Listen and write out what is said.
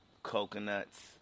Coconuts